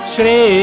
Shri